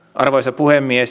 arvoisa puhemies